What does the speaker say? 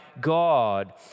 God